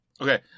Okay